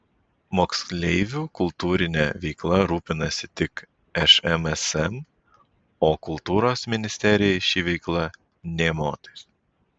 moksleivių kultūrine veikla rūpinasi tik šmsm o kultūros ministerijai ši veikla nė motais